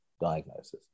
diagnosis